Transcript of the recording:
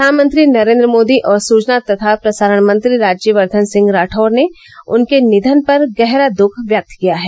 प्रधानमंत्री नरेन्द्र मोदी और सूचना तथा प्रसारणमंत्री राज्यवर्धन सिंह राठौर ने उनके निधन पर दुख व्यक्त किया है